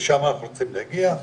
לשמה אנחנו רוצים להגיע,